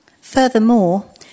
Furthermore